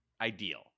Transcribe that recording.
ideal